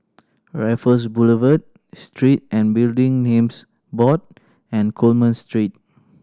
Raffles Boulevard Street and Building Names Board and Coleman Street